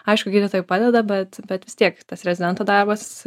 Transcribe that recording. aišku gydytojai padeda bet bet vis tiek tas rezidento darbas